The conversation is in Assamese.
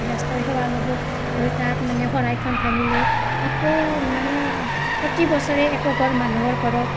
গৃহস্থই সেৱা ল'বলৈ তাত মানে শৰাইখন ভাঙিলে আকৌ মানে প্ৰতি বছৰে একোঘৰ মানুহৰ ঘৰত